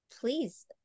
please